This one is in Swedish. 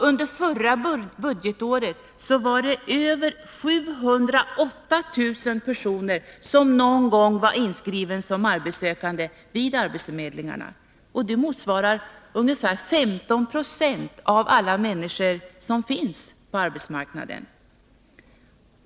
Under förra budgetåret var över 708 000 personer någon gång inskrivna som arbetssökande vid arbetsförmedlingarna. De motsvarar ca 15 96 av alla som finns på arbetsmarknaden.